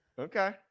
Okay